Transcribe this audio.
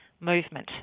movement